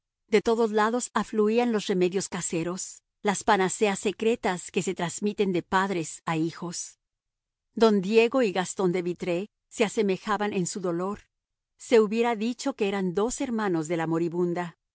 de todos lados afluían los remedios caseros las panaceas secretas que se transmiten de padres a hijos don diego y gastón de vitré se asemejaban en su dolor se hubiera dicho que eran dos hermanos de la moribunda